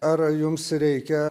ar jums reikia